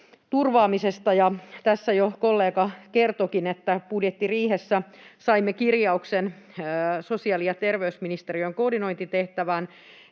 turvaamisesta. Tässä jo kollega kertoikin, että budjettiriihessä saimme kirjauksen sosiaali- ja terveysministeriön koordinointitehtävään,